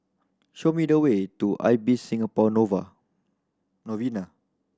show me the way to Ibis Singapore novel Novena